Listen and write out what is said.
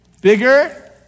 Bigger